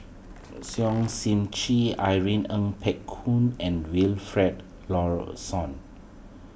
Sip Chee Irene Ng Phek Hoong and Wilfed Lawson